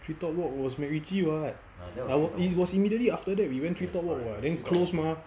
tree top walk was macritchie [what] I was it was immediately after that we went tree top walk [what] then close mah